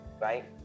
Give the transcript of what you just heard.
right